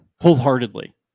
wholeheartedly